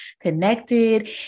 connected